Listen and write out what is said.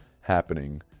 happening